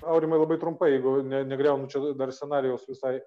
aurimai labai trumpai jeigu ne negriaunu čia dar scenarijaus visai